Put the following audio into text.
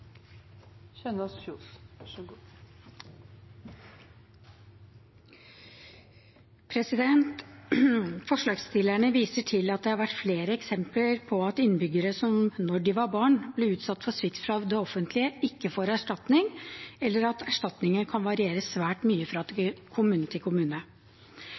de var barn ble utsatt for svikt fra det offentlige, ikke får erstatning, eller at erstatningen kan variere svært mye fra kommune til kommune. Innledningsvis vil jeg si at grunnen til